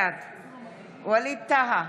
בעד ווליד טאהא,